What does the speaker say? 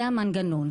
- זה המנגנון.